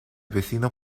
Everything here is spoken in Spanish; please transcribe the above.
vecino